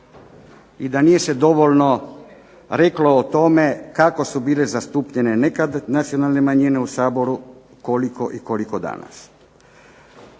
i da nije se dovoljno reklo o tome kako su bile zastupljene nekad nacionalne manjine u Saboru, koliko i koliko danas.